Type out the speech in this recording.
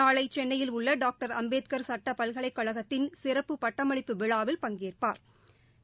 நாளைசென்னையில் உள்ளடாங்டர் அம்பேத்கார் சுட்டபல்கலைக்கழகத்தின் சிறப்பு பட்டமளிப்பு விழாவில் பங்கேற்பாா்